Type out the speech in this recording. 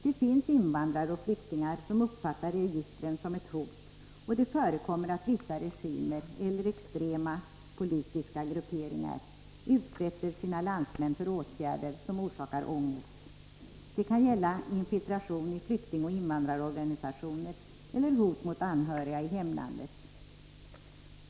Det finns invandrare och flyktingar som uppfattar registren som ett hot. Det förekommer att vissa regimer eller extrema politiska grupperingar utsätter sina landsmän för åtgärder som orsakar ångest. Det kan gälla infiltration i flyktingoch invandrarorganisationer eller hot mot anhöriga i hemlandet.